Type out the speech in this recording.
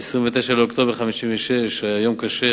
29 באוקטובר 1956 היה יום קשה.